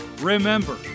Remember